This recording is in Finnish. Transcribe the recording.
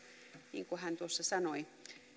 niin kuin hän tuossa sanoi